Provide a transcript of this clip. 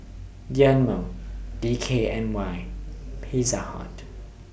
Dynamo D K N Y Pizza Hut